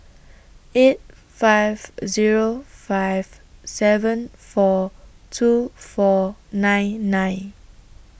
eight five A Zero five seven four two four nine nine